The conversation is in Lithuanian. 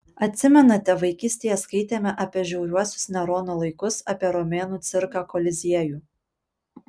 atsimenate vaikystėje skaitėme apie žiauriuosius nerono laikus apie romėnų cirką koliziejų